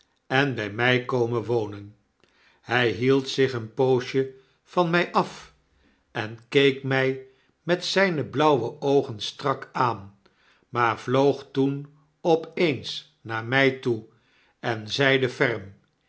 en bij mij komen wonen hy hield zich een poosjevanmy af en keek my met zijne blauwe oogen strak aan maar vloog toen op eens naar my toe en zeide ferm